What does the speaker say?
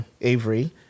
avery